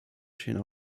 stehen